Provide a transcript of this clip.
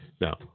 Now